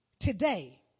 Today